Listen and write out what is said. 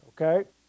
okay